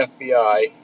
FBI